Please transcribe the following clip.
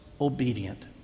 obedient